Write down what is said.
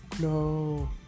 No